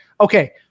okay